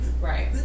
Right